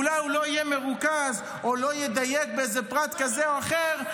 אולי הוא לא יהיה מרוכז או לא ידייק באיזה פרט כזה או אחר?